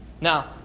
Now